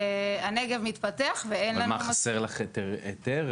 הנגב מתפתח ואין לנו מספיק --- חסר לך היתר?